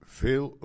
veel